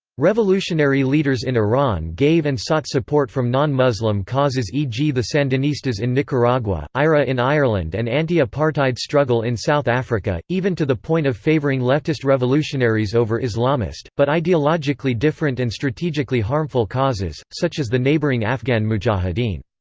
revolutionary leaders in iran gave and sought support from non-muslim causes e g. the sandinistas in nicaragua, ira in ireland and anti-apartheid struggle in south africa even to the point of favoring leftist revolutionaries over islamist, but ideologically different and strategically harmful causes, such as the neighboring afghan mujahideen.